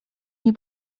nie